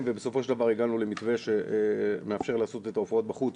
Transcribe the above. ובסופו של דבר הגענו למתווה שמאפשר לעשות את ההופעות בחוץ,